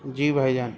جی بھائی جان